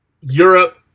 Europe